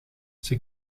zij